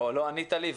או - לא ענית לי,